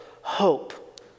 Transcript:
hope